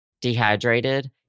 dehydrated